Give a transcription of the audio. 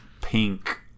pink